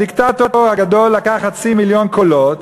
הדיקטטור הגדול לקח חצי מיליון קולות,